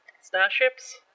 starships